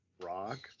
rock